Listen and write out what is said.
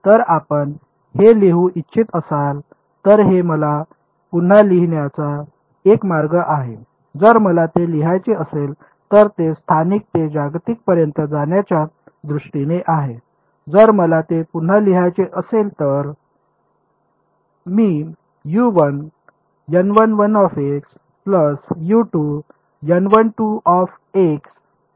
तर आपण हे लिहू इच्छित असाल तर हे मला पुन्हा लिहिण्याचा एक मार्ग आहे जर मला ते लिहायचे असेल तर ते स्थानिक ते जागतिक पर्यंत जाण्याच्या दृष्टीने आहे जर मला ते पुन्हा लिहायचे असेल तर मी असे लिहावे